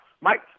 Mike